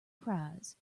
prize